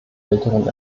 älteren